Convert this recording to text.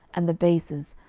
and the bases,